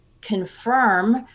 confirm